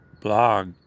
blog